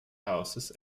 houses